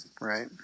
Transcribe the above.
right